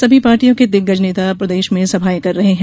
सभी पार्टियों के दिग्गज नेता प्रदेश में सभायें कर रहे हैं